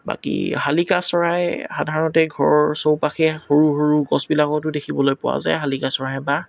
বাকী শালিকা চৰাই সাধাৰণতে ঘৰৰ চৌপাশে সৰু সৰু গছবিলাকতো দেখিবলৈ পোৱা যায় শালিকা চৰাই বাহ